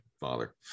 father